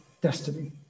destiny